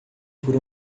por